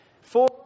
Four